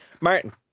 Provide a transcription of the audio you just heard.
Martin